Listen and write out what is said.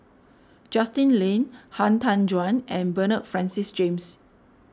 Justin Lean Han Tan Juan and Bernard Francis James